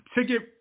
ticket